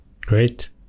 Great